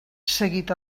seguit